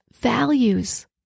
values